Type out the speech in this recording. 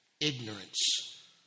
ignorance